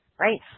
right